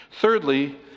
Thirdly